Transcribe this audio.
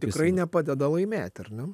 tikrai nepadeda laimėt ar ne